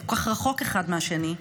זה כל כך רחוק האחד מהשני,